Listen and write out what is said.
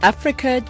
Africa